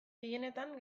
gehienetan